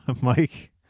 Mike